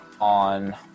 on –